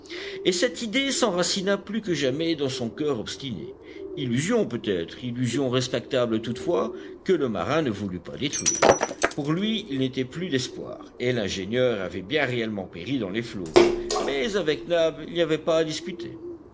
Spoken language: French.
et cette idée s'enracina plus que jamais dans son coeur obstiné illusion peut-être illusion respectable toutefois que le marin ne voulut pas détruire pour lui il n'était plus d'espoir et l'ingénieur avait bien réellement péri dans les flots mais avec nab il n'y avait pas à discuter